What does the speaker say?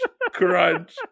crunch